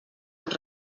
ens